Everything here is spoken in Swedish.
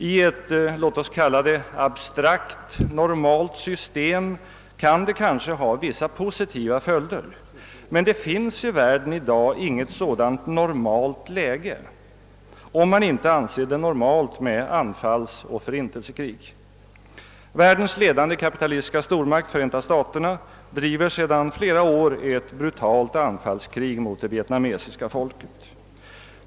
I ett låt oss kalla det abstrakt normalt system kan det kanske ha vissa positiva följder, men det finns i världen i dag inget sådant »normalt» läge — om man inte anser det normalt med anfallsoch förintelsekrig. Världens ledande kapitalistiska stormakt, Förenta staterna, driver sedan flera år ett brutalt anfallskrig mot det vietnamesiska folket.